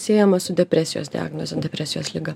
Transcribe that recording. siejama su depresijos diagnoze depresijos liga